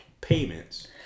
payments